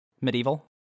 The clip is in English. Medieval